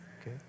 okay